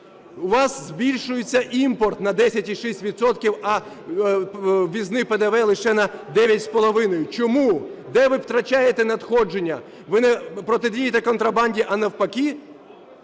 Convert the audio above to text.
У вас збільшується імпорт на 10,6 відсотка, а ввізний ПДВ лише на 9,5. Чому? Де ви втрачаєте надходження? Ви не протидієте контрабанді, а навпаки?